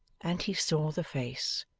and he saw the face.